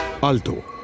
Alto